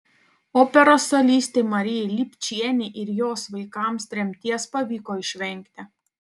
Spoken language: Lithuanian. operos solistei marijai lipčienei ir jos vaikams tremties pavyko išvengti